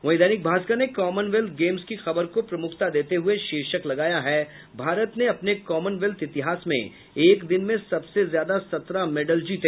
वहीं दैनिक भास्कर ने Commonwealth Games की खबर को प्रमुखता देते हुये शीर्षक लगाया है भारत ने अपने कॉमनवेत्थ इतिहास में एक दिन में सबसे ज्यादा सत्रह मेडल जीते